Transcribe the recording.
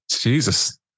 jesus